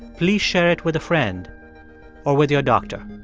please share it with a friend or with your doctor.